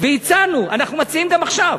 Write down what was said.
והצענו, אנחנו מציעים גם עכשיו,